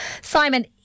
Simon